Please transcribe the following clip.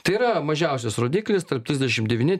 tai yra mažiausias rodiklis tarp trisdešimt devyni